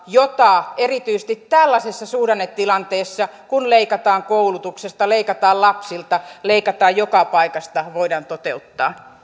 jota erityisesti tällaisessa suhdannetilanteessa kun leikataan koulutuksesta leikataan lapsilta leikataan joka paikasta voidaan toteuttaa